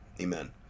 Amen